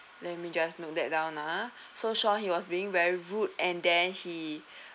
let me just note that down ah so sean he was being very rude and then he